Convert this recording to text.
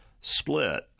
split